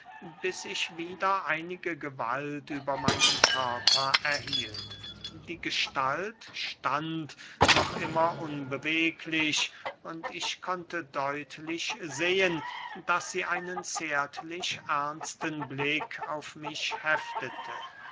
bis ich wieder einige gewalt über meinen körper erhielt die gestalt stand noch immer unbeweglich und ich konnte deutlich sehen daß sie einen zärtlich ernsten blick auf mich heftete